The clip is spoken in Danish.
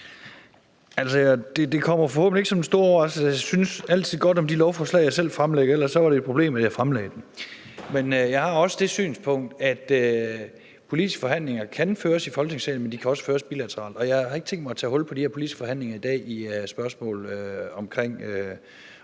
Det kommer forhåbentlig ikke som en stor overraskelse, at jeg altid synes godt om de lovforslag, jeg selv fremsætter, og ellers var det et problem, at jeg fremsatte dem. Jeg har det synspunkt, at politiske forhandlinger kan føres i Folketingssalen, men at de også kan føres bilateralt, og jeg har ikke tænkt mig at tage hul på de her politiske forhandlinger i dag i forbindelse